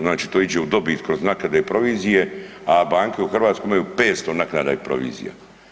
Znači to iđe u dobit kroz naknade i provizije, a banke u Hrvatskoj imaju 500 naknada i provizija.